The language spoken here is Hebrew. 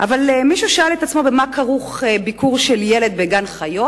אבל מישהו שאל את עצמו במה כרוך ביקור של ילד בגן-חיות?